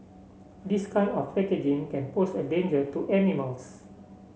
this kind of packaging can pose a danger to animals